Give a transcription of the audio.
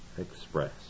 Express